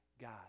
God